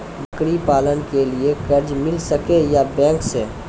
बकरी पालन के लिए कर्ज मिल सके या बैंक से?